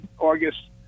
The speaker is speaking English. August